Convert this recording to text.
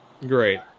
Great